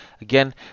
Again